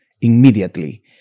Immediately